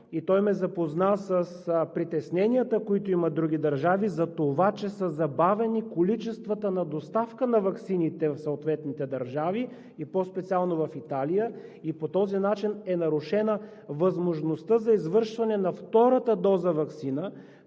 и той ме запозна с притесненията, които имат другите държави, за това, че са забавени количествата за доставка на ваксините в съответните държави, и по-специално в Италия, и по този начин е нарушена възможността за извършване на ваксиниране